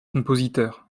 compositeurs